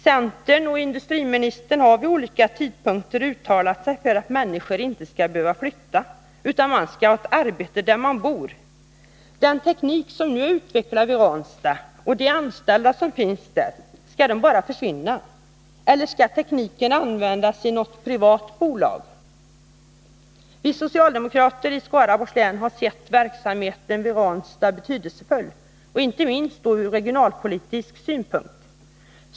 Centern och industriministern har vid olika tidpunkter uttalat sig för att människor inte skall behöva flytta, utan att de skall ha arbete där de bor. Skall den teknik som nu utvecklats vid Ranstad och de anställda där bara försvinna? Eller skall tekniken användas i något privat bolag? Vi socialdemokrater i Skaraborgs län har ansett verksamheten vid Ranstad vara betydelsefull, inte minst ur regionalpolitisk synpunkt.